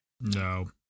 No